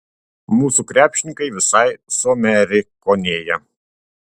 mūsų krepšininkai visai suamerikonėja